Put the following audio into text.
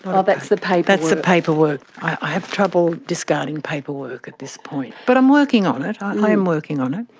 but that's the paperwork. that's the paperwork. i have trouble discarding paperwork at this point, but i'm working on it, um i am working on it.